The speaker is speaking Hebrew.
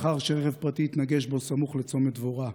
לאחר שרכב פרטי התנגש בו סמוך לצומת דבורה.